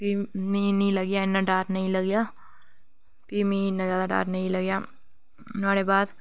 फ्ही मिं नेईं लग्गेआ इन्ना डर नेईं लग्गेआ प्ही मिं इन्ना ज्यादा डर नेईं लग्गेआ नुआढ़े बाद